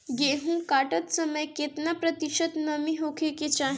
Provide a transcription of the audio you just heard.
गेहूँ काटत समय केतना प्रतिशत नमी होखे के चाहीं?